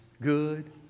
good